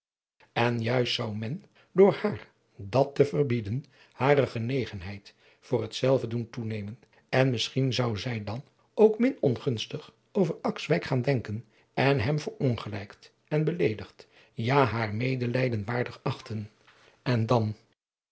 en juist zou men door haar dat te verbieden hare genegenheid voor hetzelve doen toenemen en misschien zou zij dan ook min ongunstig over akswijk gaan denken en hem verongelijkt en beleedigd ja haar medelijden waardig achten en dan